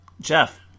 Jeff